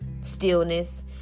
stillness